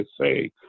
say